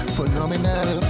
Phenomenal